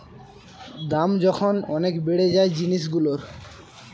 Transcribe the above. দাম যখন অনেক বেড়ে যায় জিনিসগুলোর